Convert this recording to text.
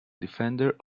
defender